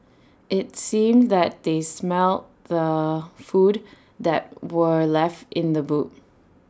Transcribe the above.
IT seemed that they smelt the food that were left in the boot